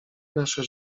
nasze